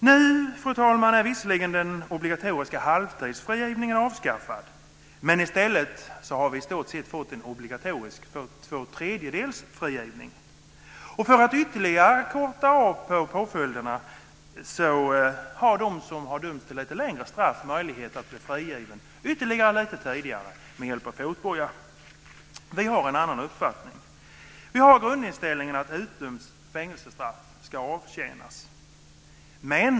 Nu, fru talman, är visserligen den obligatoriska halvtidsfrigivningen avskaffad, men i stället har vi i stort sett fått obligatorisk tvåtredjedelsfrigivni, och för att ytterligare korta av påföljderna har de som har dömts till längre straff möjlighet att bli frigivna ytterligare litet tidigare med hjälp av fotboja. Vi har en annan uppfattning. Vår grundinställning är att utdömt fängelsestraff ska avtjänas.